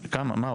מה היא?